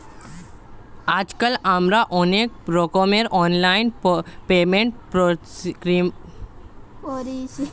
আজকাল আমরা অনেক রকমের অনলাইন পেমেন্ট পরিষেবা উপভোগ করি